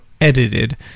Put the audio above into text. edited